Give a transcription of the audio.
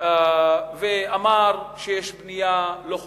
יריב לוין ואמר שיש בנייה לא חוקית,